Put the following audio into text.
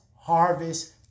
harvest